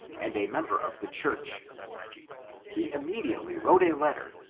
and a member of the churchy he immediately wrote a letter,